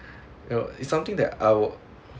you know it's something that I will